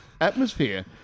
atmosphere